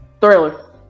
Thriller